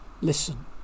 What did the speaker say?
Listen